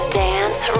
dance